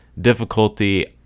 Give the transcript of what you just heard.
difficulty